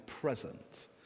present